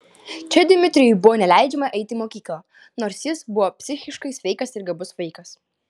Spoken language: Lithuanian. čia dmitrijui buvo neleidžiama eiti į mokyklą nors jis buvo psichiškai sveikas ir gabus vaikas